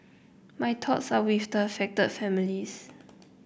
my thoughts are with the affected families